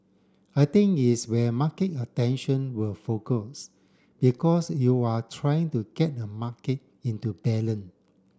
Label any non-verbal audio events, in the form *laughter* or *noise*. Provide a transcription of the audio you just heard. I think it's where market attention will focus because you are trying to get a market into *unintelligible*